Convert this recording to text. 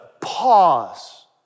pause